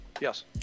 Yes